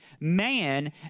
Man